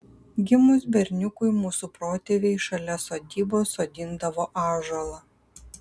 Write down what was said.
gimus berniukui mūsų protėviai šalia sodybos sodindavo ąžuolą